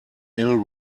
ill